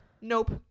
Nope